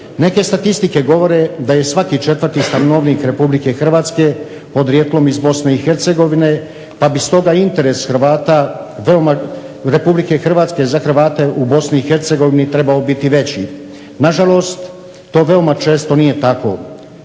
Neke statistike govore da je svaki četvrti stanovnik Republike Hrvatske podrijetlom iz Bosne i Hercegovine pa bi stoga interes Hrvata Republike Hrvatske za Hrvate u Bosni i Hercegovini trebao biti veći. Na žalost to veoma često nije tako.